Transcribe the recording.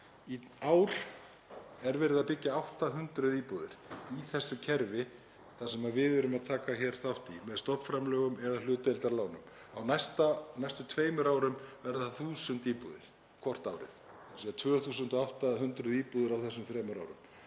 Í ár er verið að byggja 800 íbúðir í þessu kerfi þar sem við erum að taka hér þátt með stofnframlögum eða hlutdeildarlánum. Á næstu tveimur árum verða 1.000 íbúðir byggðar hvort árið, þ.e. 2.800 íbúðir á þessum þremur árum.